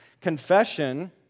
Confession